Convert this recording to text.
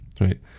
right